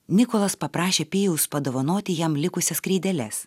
nikolas paprašė pijaus padovanoti jam likusias kreideles